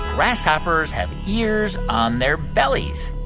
grasshoppers have ears on their bellies?